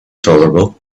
tolerable